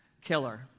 killer